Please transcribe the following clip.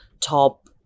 top